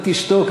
אתה תשתוק,